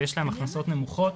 ויש להם הכנסות נמוכות,